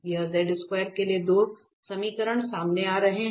ये के लिए दो समीकरण सामने आ रहे हैं